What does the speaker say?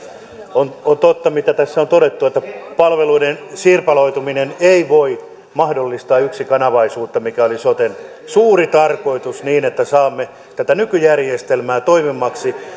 on totta mitä tässä on todettu että palveluiden sirpaloituminen ei voi mahdollistaa yksikanavaisuutta mikä oli soten suuri tarkoitus niin että saamme tätä nykyjärjestelmää toimivaksi